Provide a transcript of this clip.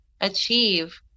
achieve